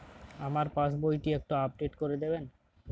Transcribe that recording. আমার পাসবই টি একটু আপডেট করে দেবেন?